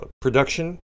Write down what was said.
production